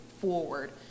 forward